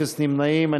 אפס נמנעים.